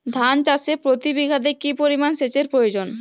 ধান চাষে প্রতি বিঘাতে কি পরিমান সেচের প্রয়োজন?